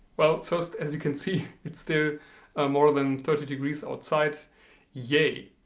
well first as you can see it's still more than thirty degrees outside yay.